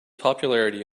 popularity